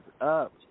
up